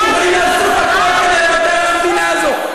שמוכנים לעשות הכול כדי לוותר על המדינה הזאת.